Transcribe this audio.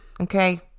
Okay